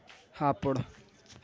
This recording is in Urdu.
ہاپوڑ